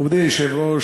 מכובדי היושב-ראש,